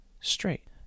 straight